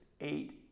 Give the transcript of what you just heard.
eight